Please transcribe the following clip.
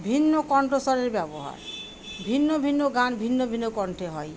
ভিন্ন কণ্ঠস্বরের ব্যবহার ভিন্ন ভিন্ন গান ভিন্ন ভিন্ন কণ্ঠে হয়